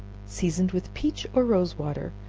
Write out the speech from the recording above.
seasoned with peach or rose water,